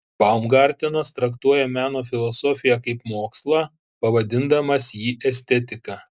baumgartenas traktuoja meno filosofiją kaip mokslą pavadindamas jį estetika